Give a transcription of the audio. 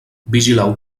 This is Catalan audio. vigileu